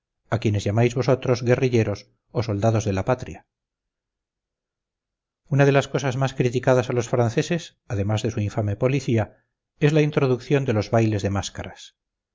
a quienes llamáis vosotros guerrilleros o soldados de la patria una de las cosas más criticadas a los franceses además de su infame policía es la introducción de los bailes de máscaras